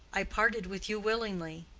i parted with you willingly.